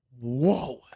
Whoa